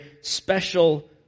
special